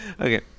Okay